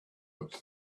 but